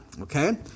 Okay